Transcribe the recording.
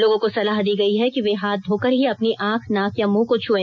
लोगों को सलाह दी गई है कि वे हाथ धोकर ही अपनी आंख नाक या मुंह को छुए